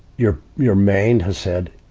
your, your mind has said,